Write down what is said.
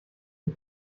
die